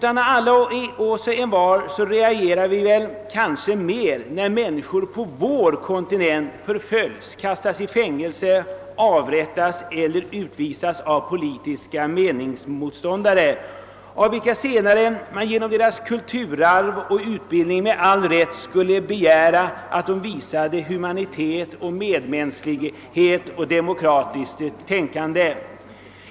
Alla reagerar vi väl ännu starkare när människor på vår egen kontinent förföljes, kastas i fängelse, avrättas eller utvisas av politiska meningsmotståndare, av vilka man med tanke på deras kulturarv och utbild ning kunde begära att de visade humanitet och lade i dagen ett demokratiskt tänkande.